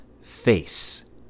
face